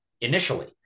initially